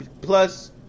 Plus